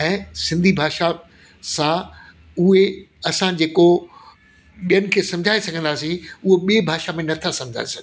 ऐं सिंधी भाषा सां उहे असां जेको ॿियनि खे सम्झाए सघंदासीं उहो ॿी भाषा में नथा सम्झाए सघूं